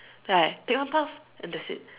then I take one puff then that's it